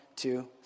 two